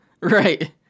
Right